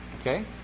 Okay